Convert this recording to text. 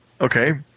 Okay